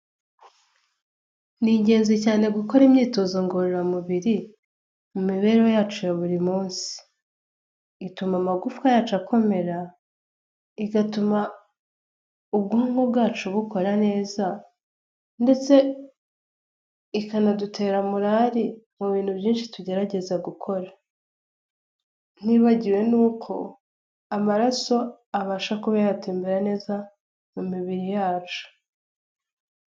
Ni ingenzi cyane gukora imyitozo ngororamubiri mu mibereho yacu ya buri munsi, ituma amagufwa yacu akomera, igatuma ubwonko bwacu bukora neza ndetse ikanadutera morari mu bintu byinshi tugerageza gukora, ntibagiwe nuko amaraso abasha kuba yatembera neza mu mibiri yacu.